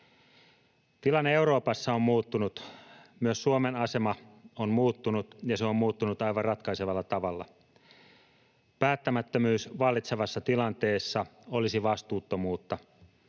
Tilanne Euroopassa on muuttunut. Myös Suomen asema on muuttunut, ja se on muuttunut aivan ratkaisevalla tavalla. Päättämättömyys vallitsevassa tilanteessa olisi vastuuttomuutta.